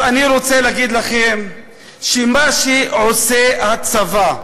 אז אני רוצה להגיד לכם שמה שעושה הצבא,